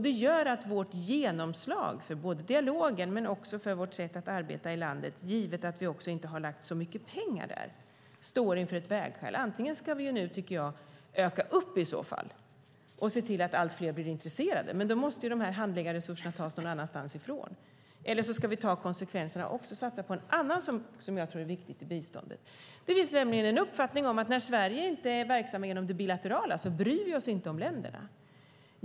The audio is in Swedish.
Det gör att vårt genomslag för både dialogen och för vårt sätt att arbeta i landet, givet att vi inte har lagt så mycket pengar där, står inför ett vägskäl. Antingen ska vi nu öka våra insatser och se till att allt fler blir intresserade, men då måste handläggarresurserna tas någon annanstans ifrån. Eller så får vi ta konsekvenserna och också satsa på något annat som jag tror är viktigt i biståndet. Det finns nämligen en uppfattning om att när Sverige inte är verksamt genom det bilaterala bryr vi oss inte om länderna.